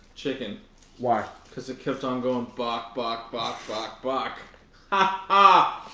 chicken why cuz it kept on going bock bock bock bock bock ah